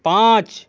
पाँच